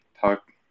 talk